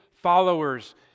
followers